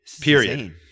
period